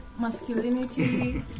masculinity